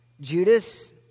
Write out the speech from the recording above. Judas